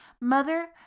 Mother